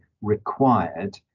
required